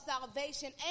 salvation